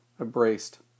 embraced